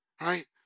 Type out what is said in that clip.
right